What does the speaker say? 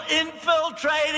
infiltrating